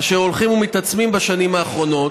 אשר הולכים ומתעצמים בשנים האחרונות,